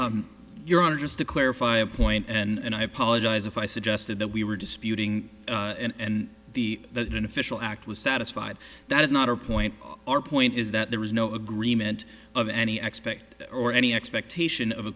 and your honor just to clarify a point and i apologize if i suggested that we were disputing and the that an official act was satisfied that is not our point our point is that there was no agreement of any xpect or any expectation of a